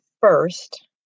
first